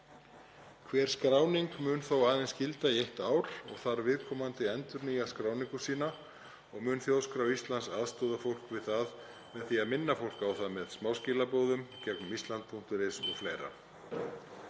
Hver skráning mun þó aðeins gilda í eitt ár og þarf viðkomandi að endurnýja skráningu sína og mun Þjóðskrá Íslands aðstoða fólk við það með því að minna fólk á það með smáskilaboðum, í gegnum island.is o.fl.